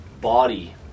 body